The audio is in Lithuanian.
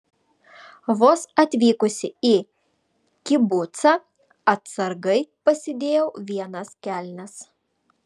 vos atvykusi į kibucą atsargai pasidėjau vienas kelnes